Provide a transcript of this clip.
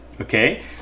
okay